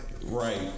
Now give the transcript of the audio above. Right